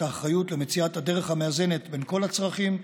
את האחריות למציאת הדרך המאזנת בין כל הצרכים,